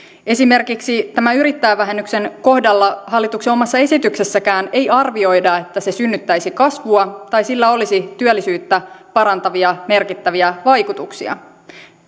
esimerkiksi tämän yrittäjävähennyksen kohdalla hallituksen omassa esityksessäkään ei arvioida että se synnyttäisi kasvua tai sillä olisi työllisyyttä parantavia merkittäviä vaikutuksia